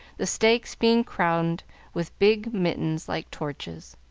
the stakes being crowned with big mittens like torches.